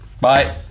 Bye